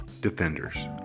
defenders